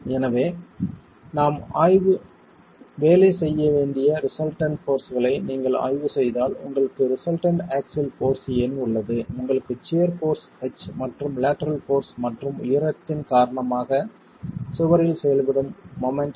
எனவே நாம் வேலை செய்ய வேண்டிய ரிசல்டன்ட் போர்ஸ்களை நீங்கள் ஆய்வு செய்தால் உங்களுக்கு ரிசல்டன்ட் ஆக்ஸில் போர்ஸ் N உள்ளது உங்களுக்கு சியர் போர்ஸ் H மற்றும் லேட்டரல் போர்ஸ் மற்றும் உயரத்தின் காரணமாக சுவரில் செயல்படும் மொமெண்ட் h